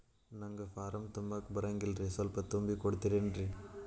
ನಂಗ ಫಾರಂ ತುಂಬಾಕ ಬರಂಗಿಲ್ರಿ ಸ್ವಲ್ಪ ತುಂಬಿ ಕೊಡ್ತಿರೇನ್ರಿ?